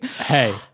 Hey